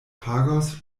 pagos